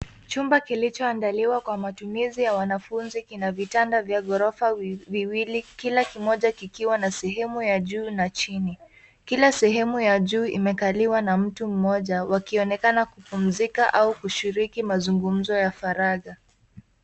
Chumba kilichoandaliwa kwa matumizi ya wanafunzi kina vitanda vya ghorofa viwili kila kimoja kikiwa na sehemu ya juu na chini. Kila sehemu ya juu imekaliwa na mtu mmoja wakionekana kupumzika au kushiriki mazungumzo ya faragha.